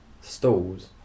Stalls